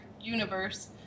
universe